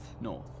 North